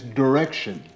direction